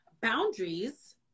boundaries